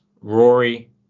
Rory